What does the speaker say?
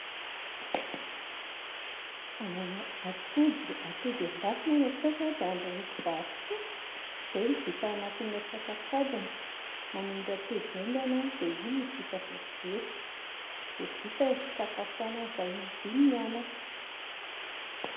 Atody, atody endasina no hataoko dia andrahoiko varisoa, izay no vita ao anatin'ny atsasakadiny, manendy atody aingana aho dia iny no vita vetivety dia vita ny sakafo hoana vahiny dimy mianaka*